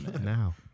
Now